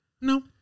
no